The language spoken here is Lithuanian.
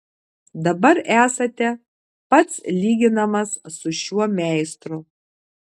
dabar esate pats lyginamas su šiuo meistru